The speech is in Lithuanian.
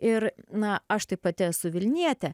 ir na aš tai pati esu vilnietė